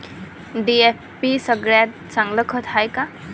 DAP सगळ्यात चांगलं खत हाये का?